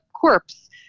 corpse